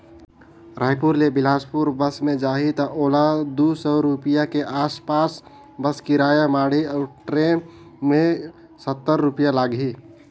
रायपुर ले बेलासपुर बस मे जाही त ओला दू सौ रूपिया के आस पास बस किराया माढ़ही अऊ टरेन मे सत्तर रूपिया लागही